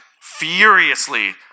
furiously